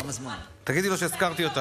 תגידי לו שהזכרתי אותך.